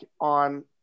on